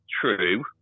True